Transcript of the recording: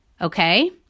Okay